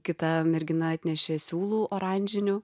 kita mergina atnešė siūlų oranžinių